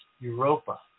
Europa